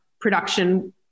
production